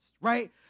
right